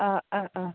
ആ ആ ആ